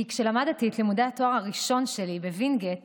כי כשלמדתי את לימודי התואר הראשון שלי בווינגייט